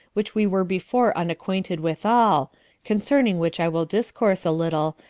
which we were before unacquainted withal, concerning which i will discourse a little,